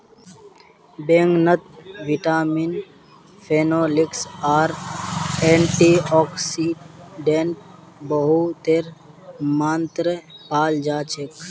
बैंगनत vitamin, phenolics आर antioxidant बहुतेर मात्रात पाल जा छेक